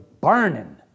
burning